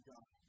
God